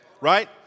right